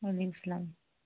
وعلیکُم السلام